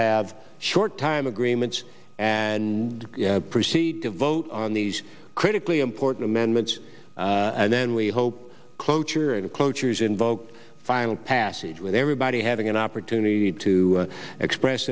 have short time agreements and proceed to vote on these critically important amendments and then we hope cloture and cloture is invoked final passage with everybody had an opportunity to express